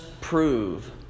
prove